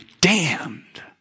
damned